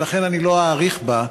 ולכן אני לא אאריך בה.